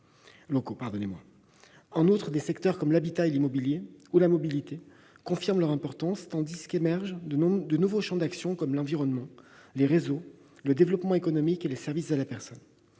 En outre, des secteurs comme l'habitat et l'immobilier ou la mobilité confirment leur importance, tandis qu'émergent de nouveaux champs d'action comme l'environnement, les réseaux, le développement économique et les services à la personne.